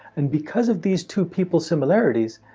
and because of these two people's similarities,